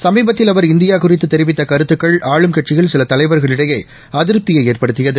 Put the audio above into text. சமீபத்தில் இந்தியாகுறித்துதெரிவித்தகருத்துக்கள் ஆளும்கட்சியில் அவர் சிலதலைவர்களிடையே அதிருப்தியை ஏற்படுத்தியது